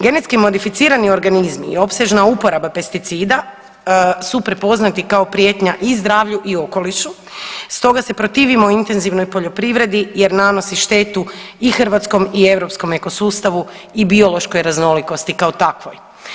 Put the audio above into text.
Genetski modificirani organizmi i opsežna uporaba pesticida su prepoznati kao prijetnja i zdravlju i okolišu stoga se protivimo intenzivnoj poljoprivredi jer nanosi štetu i hrvatskom i europskom eko sustavu i biološkoj raznolikosti kao takvoj.